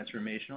transformational